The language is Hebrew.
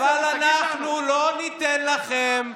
אבל אנחנו לא ניתן לכם,